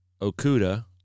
Okuda